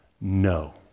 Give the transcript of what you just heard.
No